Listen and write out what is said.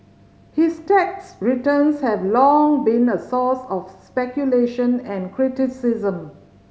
his tax returns have long been a source of speculation and criticism